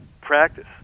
practice